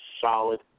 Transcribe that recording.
solid